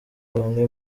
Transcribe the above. bamwe